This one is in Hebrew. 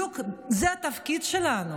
זה התפקיד שלנו,